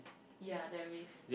ya there is